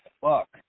fuck